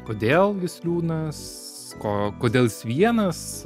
kodėl jis liūdnas ko kodėl jis vienas